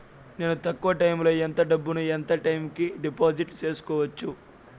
నేను తక్కువ టైములో ఎంత డబ్బును ఎంత టైము కు డిపాజిట్లు సేసుకోవచ్చు?